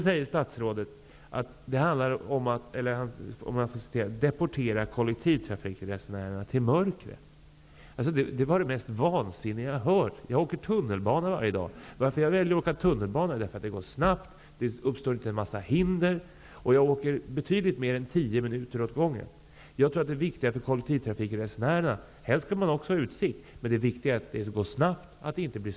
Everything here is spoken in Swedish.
Statsrådet säger att det handlar om att deportera kollektivtrafikresenärerna till mörkret. Detta är det vansinnigaste jag någonsin hört. Själv åker jag tunnelbana varje dag. Anledningen till att jag väljer att åka tunnelbana är att det går snabbt och att inte en mängd hinder uppstår. Jag åker betydligt mer än tio minuter varje gång. Det viktiga för kollektivtrafikresenärerna tror jag är just att det går snabbt och att störningar inte uppstår. I och för sig vill man helst ha utsikt.